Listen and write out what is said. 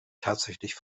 tatsächlich